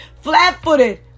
flat-footed